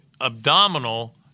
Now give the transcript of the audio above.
abdominal